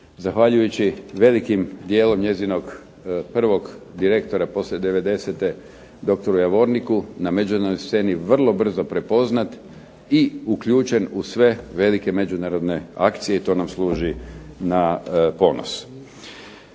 zahvaljujući velikim dijelom njezinog prvog direktora poslije 90. dr. Javorniku na međunarodnoj sceni vrlo brzo prepoznat i uključen u sve velike međunarodne akcije i to nam služi na ponos.